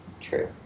True